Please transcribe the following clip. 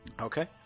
Okay